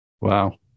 Wow